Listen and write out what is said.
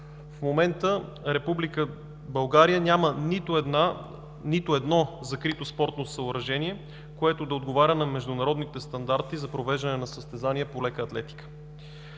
В момента Република България няма нито едно закрито спортно съоръжение, което да отговаря на международните стандарти за провеждане на състезания по лека атлетика,